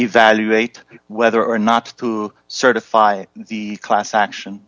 evaluate whether or not to certify the class action